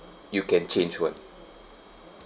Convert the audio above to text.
you can change [one]